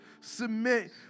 submit